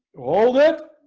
hold it